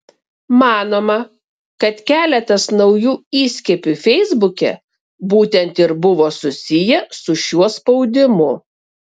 manoma kad keletas naujų įskiepių feisbuke būtent ir buvo susiję su šiuo spaudimu